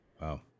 Wow